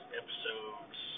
episodes